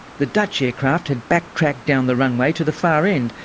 the dutch aircraft had backtracked down the runway to the far end,